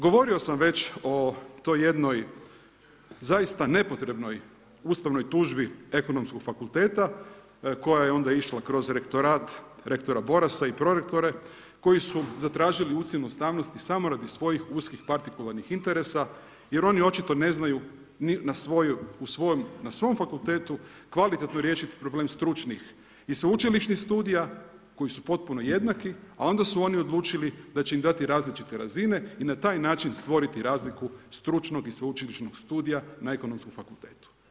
Govorio sam već o toj jednoj zaista nepotrebnoj ustavnoj tužbi Ekonomskog fakulteta koja je onda išla kroz Rektorat rektora Borasa i prorektore, koji su zatražili ocjenu ustavnosti samo radi svojih uskih partikularnih interesa jer oni očito ne znaju na svom fakultetu kvalitetno riješiti problem stručnih i sveučilišnih studija koji su potpuno jednaki, a onda su oni odlučili da će im dati različite razine i na taj način stvoriti razliku stručnog i sveučilišnog studija na Ekonomskom fakultetu.